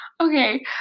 Okay